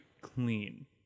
clean